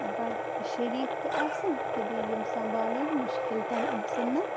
بڑٕ شریٖف تہِ آسَن تہٕ بیٚیہِ یِم سنٛبالٕنۍ مُشکِل تِنہٕ آسَن نہٕ